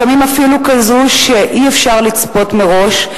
לפעמים אפילו כזאת שאי-אפשר לצפות מראש,